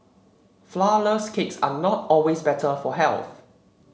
flour less cakes are not always better for health